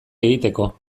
egiteko